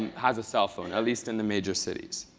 has a cell phone, at least in the major cities.